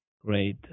Great